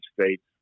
States